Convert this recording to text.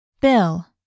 Bill